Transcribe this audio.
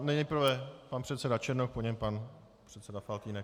Nejprve pan předseda Černoch, po něm pan předseda Faltýnek.